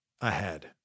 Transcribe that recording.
ahead